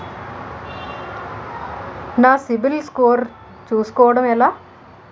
నా సిబిఐఎల్ స్కోర్ చుస్కోవడం ఎలా?